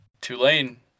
Tulane